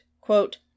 quote